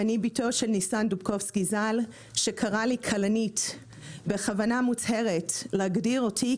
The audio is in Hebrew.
אני באמת קודם כל רוצה להודות על עצם